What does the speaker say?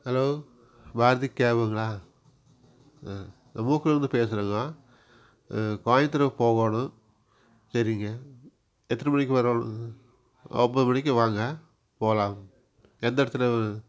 hello Bharathi கேபுங்களா ஆ இருந்து பேசுறங்கே கோயம்த்தூருக்கு போகணும் சரிங்க எத்தனை மணிக்கு வரணும் ஒம்பது மணிக்கு வாங்க போகலாம் எந்த இடத்துல